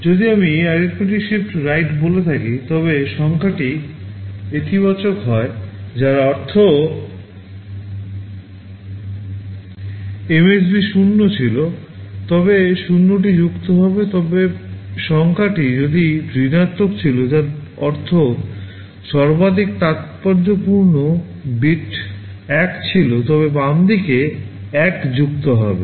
যদি আমি arithmetic shift right বলে থাকি তবে সংখ্যাটি ইতিবাচক হয় যার অর্থ এমএসবি 0 ছিল তবে 0 টি যুক্ত হবে তবে সংখ্যাটি যদি ঋণাত্মক ছিল যার অর্থ সর্বাধিক তাৎপর্যপূর্ণ বিট 1 ছিল তবে বাম দিকে 1 যুক্ত হবে